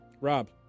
Rob